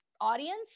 audience